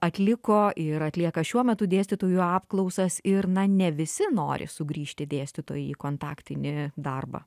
atliko ir atlieka šiuo metu dėstytojų apklausas ir na ne visi nori sugrįžti dėstytojai į kontaktinį darbą